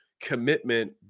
commitment